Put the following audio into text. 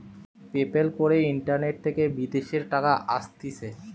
pay প্যালে করে internet থেকে বিদেশের টাকা আসতিছে